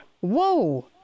Whoa